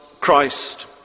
Christ